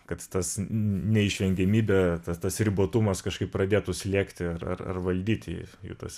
kad tas neišvengiamybė ta tas ribotumas kažkaip pradėtų slėgti ar ar ar valdyti jų tas